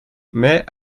mais